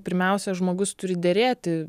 pirmiausia žmogus turi derėti